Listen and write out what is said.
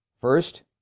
First